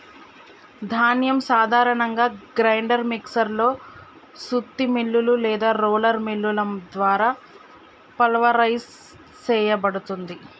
ధాన్యం సాధారణంగా grinder mixer లో సుత్తి మిల్లులు లేదా రోలర్ మిల్లుల ద్వారా పల్వరైజ్ సేయబడుతుంది